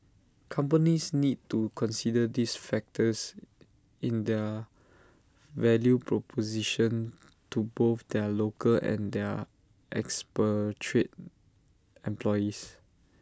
companies need to consider these factors in their value proposition to both their local and their expatriate employees